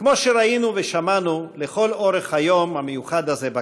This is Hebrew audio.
כמו שראינו ושמענו לכל אורך היום המיוחד הזה בכנסת.